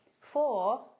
Four